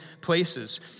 places